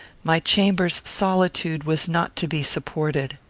my chamber's solitude was not to be supported.